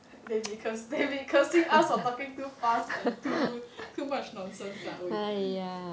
they be cursing they be cursing us for talking too fast and too much nonsense lah !oi!